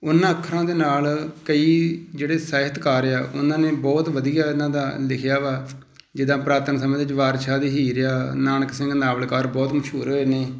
ਉਹਨਾਂ ਅੱਖਰਾਂ ਦੇ ਨਾਲ਼ ਕਈ ਜਿਹੜੇ ਸਾਹਿਤਕਾਰ ਆ ਉਹਨਾਂ ਨੇ ਬਹੁਤ ਵਧੀਆ ਇਹਨਾਂ ਦਾ ਲਿਖਿਆ ਵਾ ਜਿੱਦਾਂ ਪੁਰਾਤਨ ਸਮੇਂ 'ਚ ਵਾਰਿਸ ਸ਼ਾਹ ਦੀ ਹੀਰ ਆ ਨਾਨਕ ਸਿੰਘ ਨਾਵਲਕਾਰ ਬਹੁਤ ਮਸ਼ਹੂਰ ਹੋਏ ਨੇ